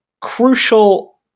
crucial